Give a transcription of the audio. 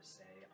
say